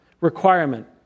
requirement